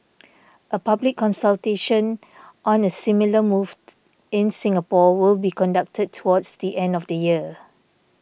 a public consultation on a similar moved in Singapore will be conducted towards the end of the year